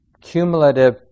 cumulative